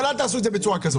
אבל אל תעשו את זה בצורה כזאת.